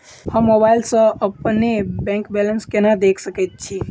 हम मोबाइल सा अपने बैंक बैलेंस केना देख सकैत छी?